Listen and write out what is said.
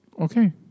Okay